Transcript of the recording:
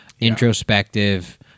introspective